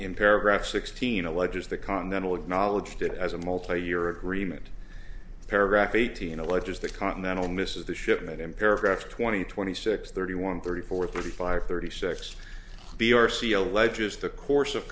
in paragraph sixteen alleges the continental of knowledge did as a multi year agreement paragraph eighteen alleges that continental misses the shipment in paragraph twenty twenty six thirty one thirty four thirty five thirty six b r c alleges the course of